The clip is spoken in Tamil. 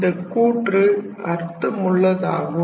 இந்தக் கூற்று அர்த்தமுள்ளதாகும்